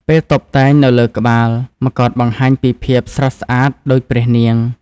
ពេលតុបតែងនៅលើក្បាល មកុដបង្ហាញពីភាពស្រស់ស្អាតដូចព្រះនាង។